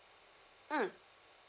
mm